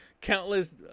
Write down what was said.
Countless